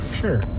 Sure